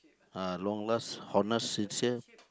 uh long last honest sincere